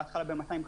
בהתחלה 250 אנשים,